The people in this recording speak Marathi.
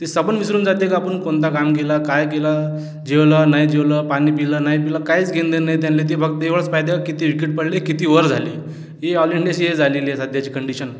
ते सबन विसरून जाते की आपण कोणता काम केला काय केलं जेवलं नाही जेवलं पाणी पिलं नाही पिलं काहीच घेणं देणं नाही त्यांना ते त्यांना फक्त एवढेच पाहते किती विकेट पडली किती ओव्हर झाली ती ऑल इंडियाची हे झालेली आहे सध्याची कंडिशन